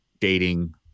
dating